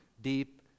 deep